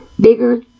bigger